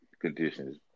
conditions